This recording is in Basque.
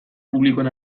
publikoen